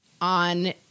on